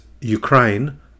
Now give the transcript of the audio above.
Ukraine